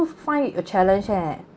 find a challenge eh